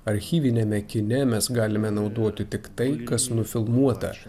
archyviniame kine mes galime naudoti tik tai kas nufilmuota